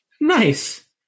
Nice